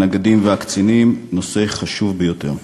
הנגדים והקצינים, נושא חשוב ביותר.